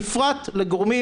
בפרט על הגורמים